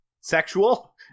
sexual